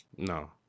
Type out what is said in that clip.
no